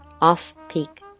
Off-peak